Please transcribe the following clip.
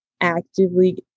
actively